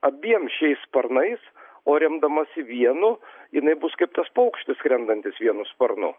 abiem šiais sparnais o remdamasi vienu jinai bus kaip tas paukštis skrendantis vienu sparnu